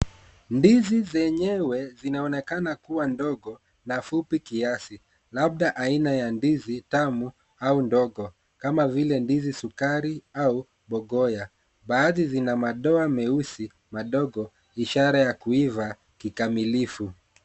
Ndizi zenyewe zinaonekana kuwa ndogo, nafupi kiasi. Labda aina ya ndizi, tamu, au ndogo, kama vile ndizi sukari au bogoya. Baadhi zina madoa meusi, madogo, ishara ya kuiva kikamilifu.